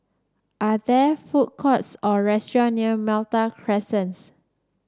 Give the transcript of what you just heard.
are there food courts or restaurants near Malta Crescent